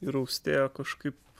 ir austėja kažkaip